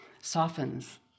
softens